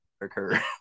occur